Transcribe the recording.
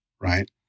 right